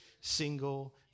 single